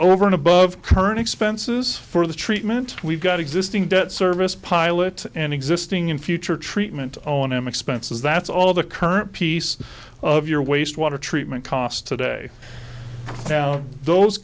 over and above current expenses for the treatment we've got existing debt service pilot and existing in future treatment on m expenses that's all the current piece of your wastewater treatment costs today down those